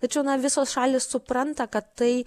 tačiau na visos šalys supranta kad tai